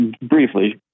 Briefly